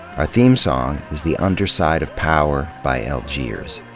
our theme song is the underside of power by algiers.